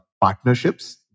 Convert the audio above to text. partnerships